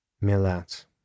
Millet